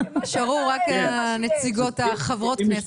נשארו רק חברות הכנסת.